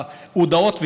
ההודעות,